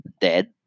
dead